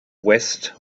west